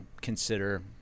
consider